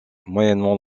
moyennement